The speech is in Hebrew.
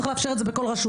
צריך לאפשר את זה בכל רשות.